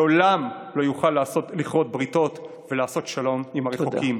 לעולם לא יוכל לכרות בריתות ולעשות שלום עם הרחוקים.